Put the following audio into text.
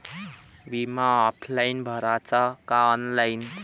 बिमा ऑफलाईन भराचा का ऑनलाईन?